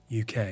UK